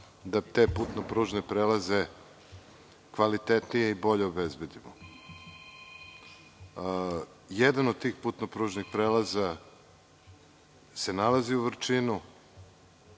da te putno-pružne prelaze kvalitetnije i bolje obezbedimo. Jedan od tih putno-pružnih prelaza se nalazi u Vrčinu.